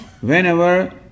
whenever